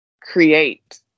create